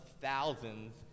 thousands